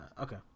okay